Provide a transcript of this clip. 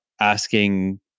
asking